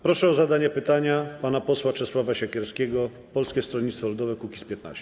Proszę o zadanie pytania pana posła Czesława Siekierskiego, Polskie Stronnictwo Ludowe - Kukiz15.